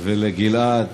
לגלעד